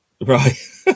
Right